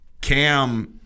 Cam